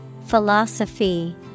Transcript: Philosophy